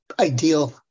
ideal